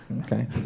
Okay